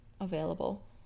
available